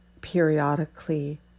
periodically